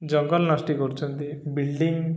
ଜଙ୍ଗଲ ନଷ୍ଟ କରୁଛନ୍ତି ବିଲ୍ଡିଂ